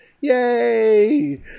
Yay